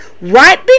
right